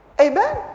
Amen